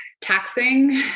taxing